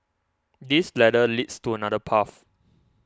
this ladder leads to another path